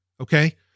Okay